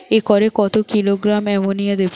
একরে কত kilogram ammonia দেবো?